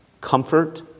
comfort